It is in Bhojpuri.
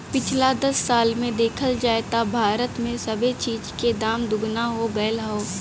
पिछला दस साल मे देखल जाए त भारत मे सबे चीज के दाम दुगना हो गएल हौ